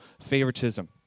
favoritism